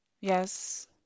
yes